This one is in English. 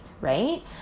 right